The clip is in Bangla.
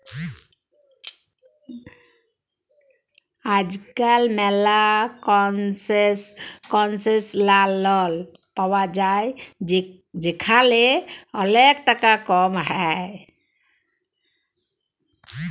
আজকাল ম্যালা কনসেশলাল লল পায়া যায় যেখালে ওলেক টাকা কম হ্যয়